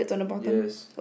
yes